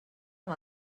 amb